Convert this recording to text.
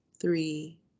three